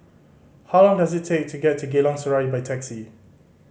how long does it take to get to Geylang Serai by taxi